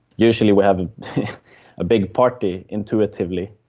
usually we have a big party, intuitively,